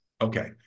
Okay